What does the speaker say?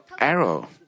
arrow